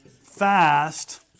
fast